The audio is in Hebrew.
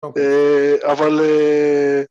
אה... אבל אה...